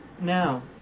Now